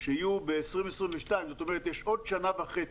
שיהיו ב-2022, זאת אומרת, יש עוד שנה וחצי.